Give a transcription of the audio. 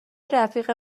رفیق